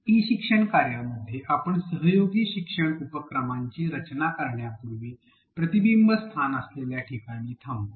E शिक्षण कार्यामध्ये आपण सहयोगी शिक्षण उपक्रमांची रचना करण्यापूर्वी प्रतिबंब स्थान असलेल्या ठिकाणी थांबू